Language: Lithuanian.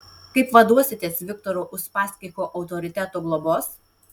kaip vaduositės viktoro uspaskicho autoriteto globos